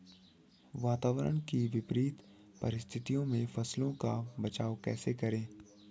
वातावरण की विपरीत परिस्थितियों में फसलों का बचाव कैसे करें?